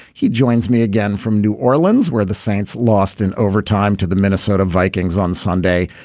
he joins me again from new orleans, where the saints lost in overtime to the minnesota vikings on sunday,